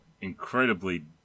incredibly